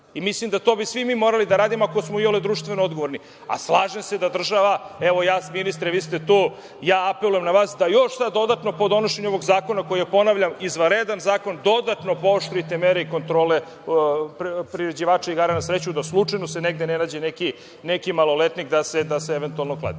uraditi. Mislim da bi to svi mi morali da radimo, iako smo iole društveno odgovorni, a slažem se da država, vi ste ministre tu, ja apelujem na vas, da još sada dodatno po donošenju ovog zakona koji je ponavljam, izvanredan zakon, dodatno pooštrite mere i kontrole priređivača igara na sreću, i da slučajno se negde ne nađe neki maloletnik, da se eventualno kladi.